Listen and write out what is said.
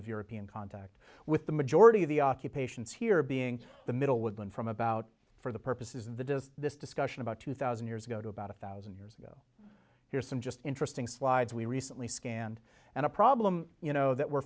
of european contact with the majority of the occupations here being the middle woodland from about for the purposes of the does this discussion about two thousand years ago to about a thousand years ago here's some just interesting slides we recently scanned and a problem you know that we're